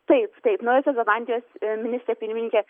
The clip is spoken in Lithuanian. taip taip naujosios zelandijos ministrė pirmininkė